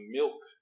milk